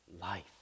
Life